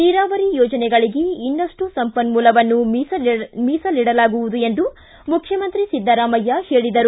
ನೀರಾವರಿ ಯೋಜನೆಗಳಿಗೆ ಇನ್ನಷ್ಟು ಸಂಪನ್ಮೂಲವನ್ನು ಮೀಸಲಿಡಲಾಗುವುದು ಎಂದು ಮುಖ್ಯಮಂತ್ರಿ ಸಿದ್ದರಾಮಯ್ಯ ಹೇಳಿದರು